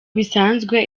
bisanzwe